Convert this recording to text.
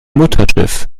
mutterschiff